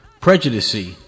Prejudice